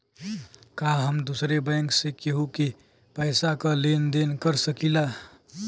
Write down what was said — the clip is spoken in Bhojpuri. का हम दूसरे बैंक से केहू के पैसा क लेन देन कर सकिला?